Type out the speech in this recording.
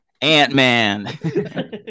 Ant-Man